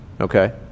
Okay